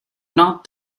not